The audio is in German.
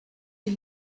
die